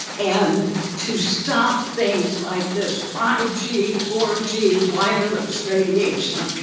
and to stop things like this five g, four g wireless radiation,